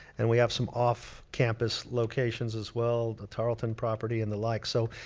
and we have some off campus locations, as well. the tarlton property and the like. so,